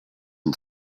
and